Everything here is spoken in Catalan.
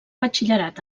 batxillerat